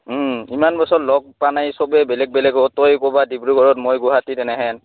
ইমান বছৰ লগ পা নাই চবেই বেলেগ বেলেগত তই ক'ৰবাত ডিব্ৰুগড়ত মই গুৱাহাটীত এনেহেন